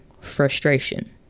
frustration